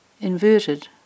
inverted